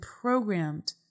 programmed